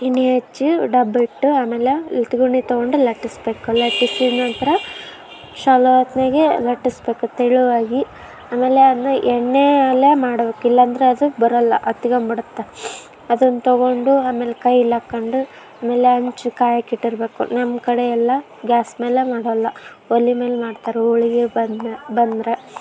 ಎಣ್ಣೆ ಹಚ್ಚಿ ಡಬ್ಬಿಟ್ಟು ಆಮೇಲೆ ಲತ್ಗುಣಿ ತೊಗೊಂಡು ಲಟ್ಟಿಸ್ಬೇಕು ಲಟ್ಟಿಸಿದ ನಂತರ ಚೊಲೋ ಹೊತ್ನಾಗೆ ಲಟ್ಟಿಸ್ಬೇಕು ತೆಳುವಾಗಿ ಆಮೇಲೆ ಅದನ್ನ ಎಣ್ಣೆಯಲ್ಲೇ ಮಾಡ್ಬೇಕು ಇಲ್ಲಾಂದ್ರೆ ಅದು ಬರೋಲ್ಲ ಹತ್ಗಂಬಿಡುತ್ತ ಅದನ್ನು ತೊಗೊಂಡು ಆಮೇಲೆ ಕೈಲ್ಲಿ ಹಾಕ್ಕಂಡು ಆಮೇಲೆ ಹಂಚು ಕಾಯಕ್ಕಿಟ್ಟಿರಬೇಕು ನಮ್ಮ ಕಡೆಯೆಲ್ಲ ಗ್ಯಾಸ್ ಮೇಲೆ ಮಾಡೋಲ್ಲ ಒಲೆಮೇಲ್ ಮಾಡ್ತಾರೆ ಹೋಳ್ಗೆ ಬಂದ್ನೆ ಬಂದ್ರೆ